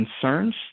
concerns